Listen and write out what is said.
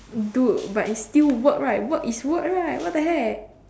dude but it's still work right work is work right what the heck